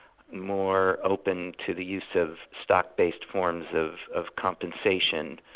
more open to the use of stock-based forms of of compensation.